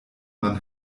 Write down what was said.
man